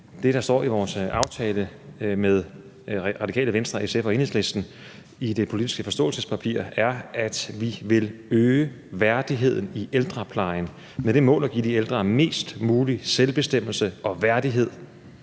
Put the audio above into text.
det, der står i vores aftale med Radikale Venstre, SF og Enhedslisten i det politiske forståelsespapir er, at vi vil øge værdigheden i ældreplejen med det mål at give de ældre mest mulig selvbestemmelse og værdighed.